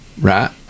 right